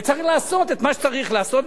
וצריך לעשות את מה שצריך לעשות,